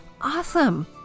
awesome